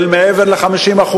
של מעבר ל-50%,